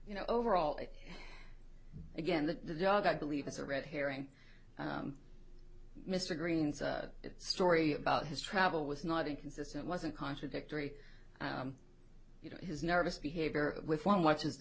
you know overall it's again the dog i believe it's a red herring mr green story about his travel was not inconsistent wasn't contradictory his nervous behavior with one watches the